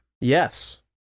Yes